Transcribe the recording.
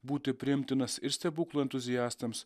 būti priimtinas ir stebuklų entuziastams